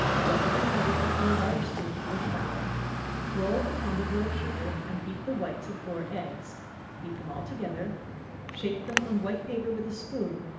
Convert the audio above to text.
the white of an egg, and a large spoonful of flour roll a pound of loaf-sugar, and beat the whites of four eggs beat them all together shape them on white paper with a spoon,